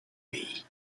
pays